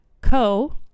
.co